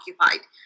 occupied